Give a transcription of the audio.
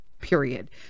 period